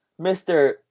Mr